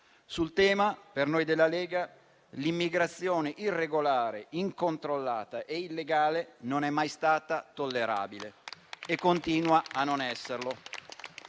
Sul tema, per noi della Lega l'immigrazione irregolare incontrollata è illegale, non è mai stata tollerabile e continua a non esserlo.